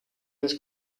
des